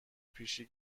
پیشی